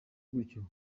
gutyo